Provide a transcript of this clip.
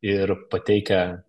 ir pateikia